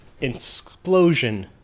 explosion